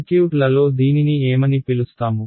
సర్క్యూట్లలో దీనిని ఏమని పిలుస్తాము